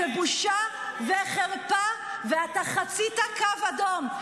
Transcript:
זו בושה וחרפה ואתה חצית קו אדום.